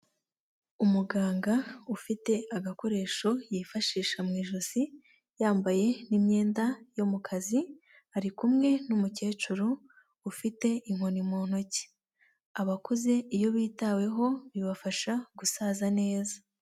Umuganga ufite agakoresho yifashisha mu ijosi yambaye n'imyenda yo mu kazi, ari kumwe n'umukecuru ufite inkoni mu ntoki, abakuze iyo bitaweho bibafasha gusaza neza.